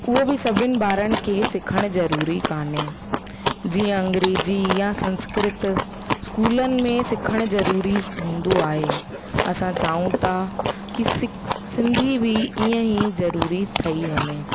हूअ बि सभिनि ॿारनि खे सिखण जरुरी कोन्हे जीअं अंग्रेजी या संस्कृत स्कूलनि में सिखण ज़रूरी हूंदो आहे असां चाहूं था की सिक सिंधी बि ईंअ ई सिखण ज़रूरी ठही वञे